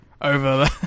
over